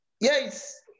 Yes